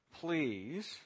please